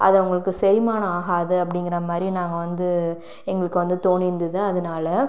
அது அவங்களுக்கு செரிமானம் ஆகாது அப்படிங்கிற மாதிரி நாங்கள் வந்து எங்களுக்கு வந்து தோணியிருந்துது அதனால